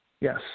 Yes